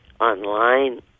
online